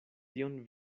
tion